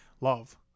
love